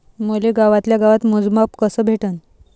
मले गावातल्या गावात मोजमाप कस भेटन?